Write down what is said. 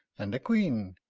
and a queen,